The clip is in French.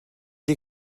des